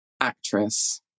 actress